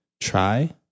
try